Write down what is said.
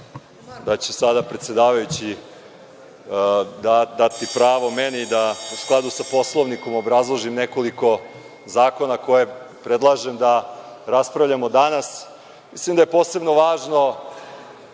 da će sada predsedavajući dati pravo meni da, u skladu sa Poslovnikom, obrazložim nekoliko zakona koje predlažem da raspravljamo danas. Mislim da je posebno važno